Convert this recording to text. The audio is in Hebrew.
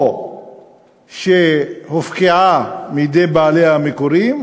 היא או הופקעה מידי בעליה המקוריים,